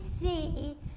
see